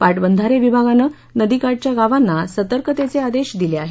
पाटबधारे विभागाने विभागान नदीकाठच्या गावांना सतर्कतेचे आदेश दिले आहेत